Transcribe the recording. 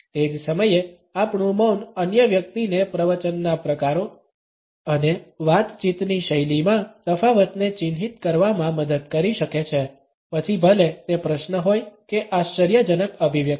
તે જ સમયે આપણું મૌન અન્ય વ્યક્તિને પ્રવચનના પ્રકારો અને વાતચીતની શૈલીમાં તફાવતને ચિહ્નિત કરવામાં મદદ કરી શકે છે પછી ભલે તે પ્રશ્ન હોય કે આશ્ચર્યજનક અભિવ્યક્તિ